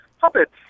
puppets